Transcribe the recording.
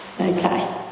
Okay